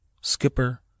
Skipper